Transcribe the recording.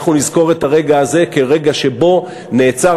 אנחנו נזכור את הרגע הזה כרגע שבו נעצר